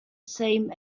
same